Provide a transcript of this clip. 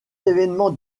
évènements